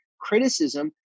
criticism